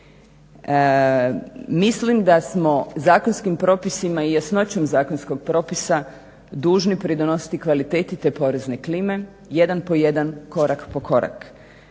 Mislim da smo zakonskim propisima i jasnoćom zakonskom propisa dužni pridonositi kvaliteti te porezne klime, jedan po jedan, korak po korak.